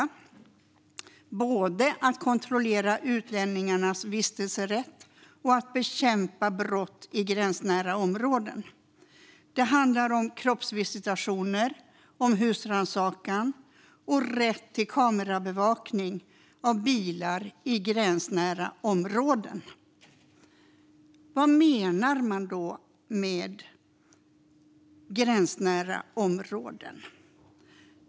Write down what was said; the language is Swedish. De är både att kontrollera utlänningars vistelserätt och att bekämpa brott i gränsnära områden. Det handlar om kroppsvisitationer, husrannsakan och rätt till kamerabevakning av bilar i gränsnära områden. Vad menar man då med "gränsnära områden"?